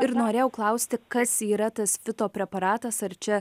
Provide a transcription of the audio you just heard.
ir norėjau klausti kas yra tas fito preparatas ar čia